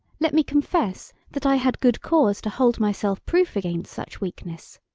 let me confess that i had good cause to hold myself proof against such weakness.